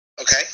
Okay